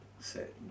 set